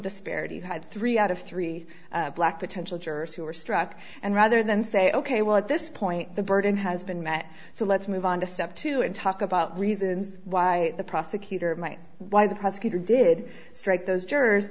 disparity you had three out of three black potential jurors who were struck and rather than say ok well at this point the burden has been met so let's move on to step two and talk about riis why the prosecutor might why the prosecutor did strike those jurors